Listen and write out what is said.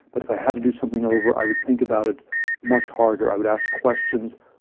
but if i had to do something over, i would think about it much harder. i would ask questions,